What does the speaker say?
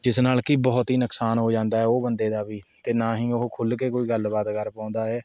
ਜਿਸ ਨਾਲ਼ ਕਿ ਬਹੁਤ ਹੀ ਨੁਕਸਾਨ ਹੋ ਜਾਂਦਾ ਏ ਉਹ ਬੰਦੇ ਦਾ ਵੀ ਅਤੇ ਨਾ ਹੀ ਉਹ ਖੁੱਲ੍ਹ ਕੇ ਕੋਈ ਗੱਲ ਬਾਤ ਕਰ ਪਾਉਂਦਾ ਏ